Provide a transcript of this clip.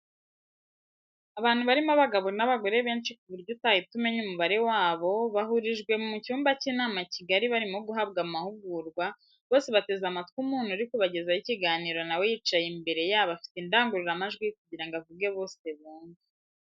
Abantu barimo abagabo n'abagore benshi ku buryo utahita umenya umubare wabo, bahurijwe mu cyumba cy'inama kigari barimo guhabwa amahugurwa, bose bateze amatwi umuntu uri kubagezaho ikiganiro nawe yicaye imbere yabo afite indangururamajwi kugirango avuge bose bumve.